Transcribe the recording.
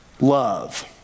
love